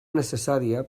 necessària